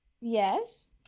Yes